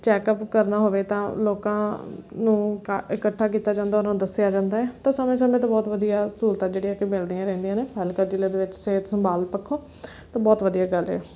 checkup ਕਰਨਾ ਹੋਵੇ ਤਾਂ ਲੋਕਾਂ ਨੂੰ ਇਕੱਠਾ ਕੀਤਾ ਜਾਂਦਾ ਉਹਨਾਂ ਨੂੰ ਦੱਸਿਆ ਜਾਂਦਾ ਹੈ ਤਾਂ ਸਮੇਂ ਸਮੇਂ 'ਤੇ ਬਹੁਤ ਵਧੀਆ ਸਹੂਲਤਾਂ ਜਿਹੜੀਆਂ ਕਿ ਮਿਲਦੀਆਂ ਰਹਿੰਦੀਆਂ ਨੇ ਫ਼ਾਜ਼ਿਲਕਾ ਜ਼ਿਲ੍ਹੇ ਦੇ ਵਿੱਚ ਸਿਹਤ ਸੰਭਾਲ ਪੱਖੋਂ ਅਤੇ ਇਹ ਬਹੁਤ ਵਧੀਆ ਗੱਲ ਆ